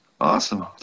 Awesome